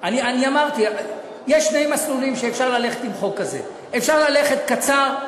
אני אמרתי שיש שני מסלולים שאפשר ללכת בהם עם חוק כזה: אפשר ללכת קצר,